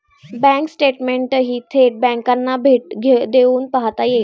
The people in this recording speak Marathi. बँक स्टेटमेंटही थेट बँकांना भेट देऊन पाहता येईल